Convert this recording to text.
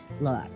Look